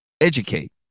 educate